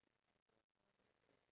iya